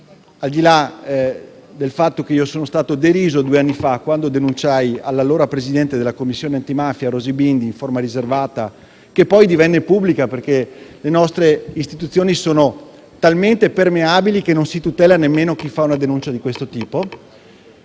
gli addetti ai lavori. Ebbene, quando due anni fa feci una denuncia all'allora presidente della Commissione antimafia Rosy Bindi, in forma riservata - che poi divenne pubblica poiché le nostre istituzioni sono talmente permeabili che non si tutela nemmeno chi fa una denuncia di questo tipo